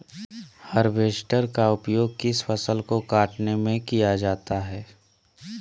Harvester का उपयोग किस फसल को कटने में किया जाता है?